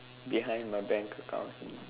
behind my bank account